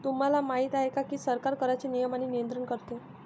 तुम्हाला माहिती आहे का की सरकार कराचे नियमन आणि नियंत्रण करते